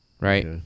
right